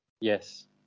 Yes